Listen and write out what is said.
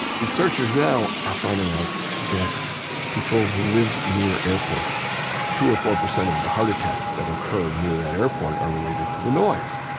researchers now are finding out that people who live near airports, two to four percent of the heart attacks that occur near that airport are related to the noise.